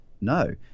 No